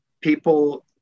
people